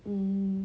um